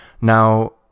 Now